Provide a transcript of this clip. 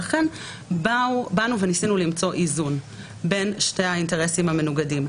לכן ניסינו למצוא איזון בין שני האינטרסים המנוגדים.